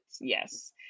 yes